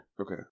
okay